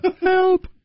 Help